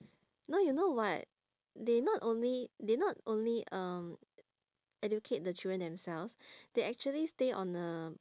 no you know what they not only they not only um educate the children themselves they actually stay on a